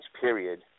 period